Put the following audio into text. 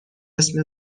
اسم